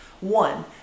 One